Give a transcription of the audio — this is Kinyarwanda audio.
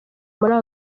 muri